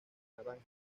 naranja